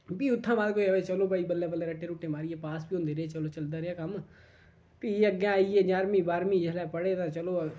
उब्बी उत्थै बाद कोई आवै चलो भाई बल्लें बल्लें रट्टा रुट्टे मारियै पास बी होंदे रेह् चलो चलदा रेहा कम्म फ्ही अग्गै आइयै जाह्रमीं बाह्रमीं जिसलै पढ़े ते चलो